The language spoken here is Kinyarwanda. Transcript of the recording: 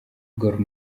gor